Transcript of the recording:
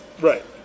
Right